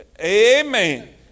Amen